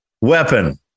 weapon